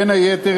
בין היתר,